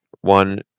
one